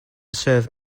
serve